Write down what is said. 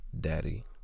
daddy